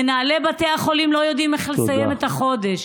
מנהלי בתי החולים לא יודעים איך לסיים את החודש.